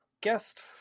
guest